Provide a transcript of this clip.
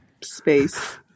space